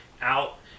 out